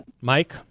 Mike